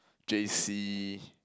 J C